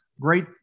Great